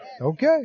Okay